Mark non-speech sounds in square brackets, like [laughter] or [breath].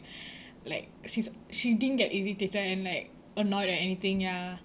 [breath] like since she didn't get irritated and like annoyed at anything ya